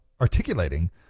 articulating